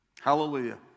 Hallelujah